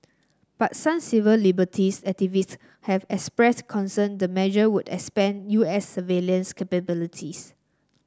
but some civil liberties activist have expressed concern the measure would expand U S surveillance capabilities